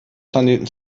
planeten